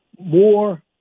more